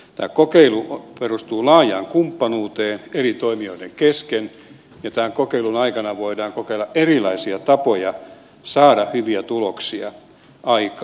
tämä kokeilu perustuu laajaan kumppanuuteen eri toimijoiden kesken ja sen aikana voidaan kokeilla erilaisia tapoja saada hyviä tuloksia aikaan